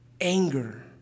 Anger